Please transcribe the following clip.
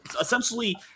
Essentially